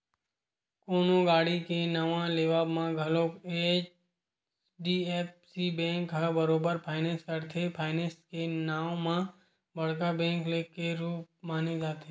कोनो गाड़ी के नवा लेवब म घलोक एच.डी.एफ.सी बेंक ह बरोबर फायनेंस करथे, फायनेंस के नांव म बड़का बेंक के रुप माने जाथे